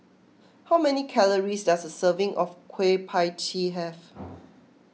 how many calories does a serving of Kueh Pie Tee have